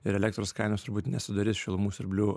ir elektros kainos turbūt nesudarys šilumų siurblių